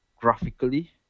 Graphically